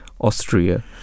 Austria